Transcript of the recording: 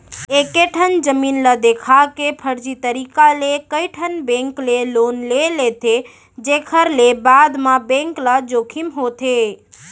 एकेठन जमीन ल देखा के फरजी तरीका ले कइठन बेंक ले लोन ले लेथे जेखर ले बाद म बेंक ल जोखिम होथे